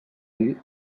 dir